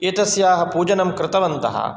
एतस्याः पूजनं कृतवन्तः